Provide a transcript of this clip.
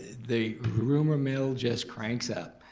the rumor mill just cranks up.